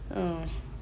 ugh